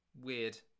weird